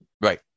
Right